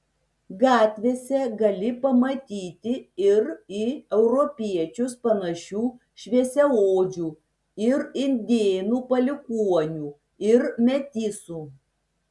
gatvėse gali pamatyti ir į europiečius panašių šviesiaodžių ir indėnų palikuonių ir metisų